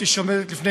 רבותיי,